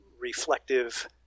reflective